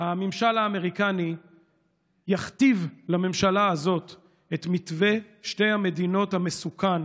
הממשל האמריקני יכתיב לממשלה הזאת את מתווה שתי המדינות המסוכן,